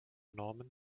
normen